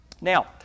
Now